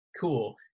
cool